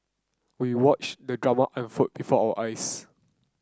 we watched the drama unfold before our eyes